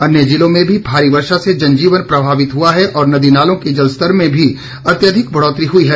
अन्य जिलों में भी भारी वर्षा से जनजीवन प्रभावित हुआ है और नदी नालों के जलस्तर में भी अत्यधिक बढ़ोतरी हुई है